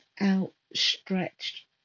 outstretched